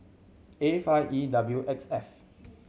A five E W X F